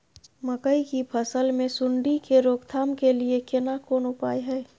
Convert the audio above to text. मकई की फसल मे सुंडी के रोक थाम के लिये केना कोन उपाय हय?